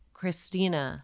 Christina